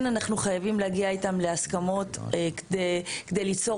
אנחנו כן חייבים להגיע איתם להסכמות כדי ליצור